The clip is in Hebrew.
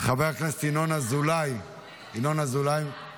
חבר הכנסת ינון אזולאי, מוותר.